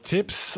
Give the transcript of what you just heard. Tips